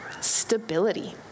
Stability